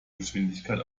geschwindigkeit